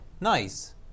nice